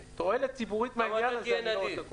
תועלת ציבורית מהעניין הזה אני לא עושה פה.